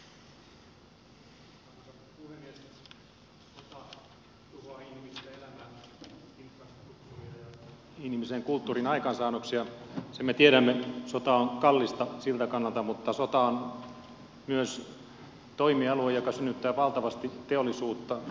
sota tuhoaa inhimillistä elämää infrastruktuuria inhimillisen kulttuurin aikaansaannoksia sen me tiedämme sota on kallista siltä kannalta mutta sota on myös toimialue joka synnyttää valtavasti teollisuutta luo työpaikkoja